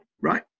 right